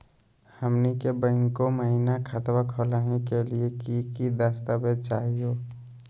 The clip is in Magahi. हमनी के बैंको महिना खतवा खोलही के लिए कि कि दस्तावेज चाहीयो?